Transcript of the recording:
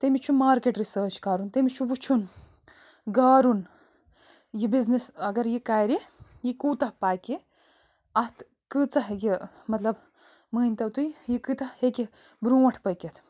تٔمِس چھُ market research کَرُن تٔمِس چھُ وُچھن گارُن یہِ بزنٮ۪س اگر یہِ کَرِ یہِ کوٗتاہ پَکہِ اَتھ کۭژاہ یہِ مطلب مٲنۍ تو تُہۍ یہِ کۭتیاہ ہیٚکہِ برونٹھ پٔکِتھ